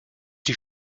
die